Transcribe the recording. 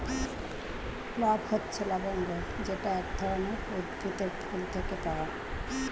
clove হচ্ছে লবঙ্গ যেটা এক ধরনের উদ্ভিদের ফুল থেকে পাওয়া